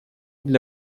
для